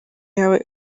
yawe